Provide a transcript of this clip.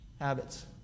habits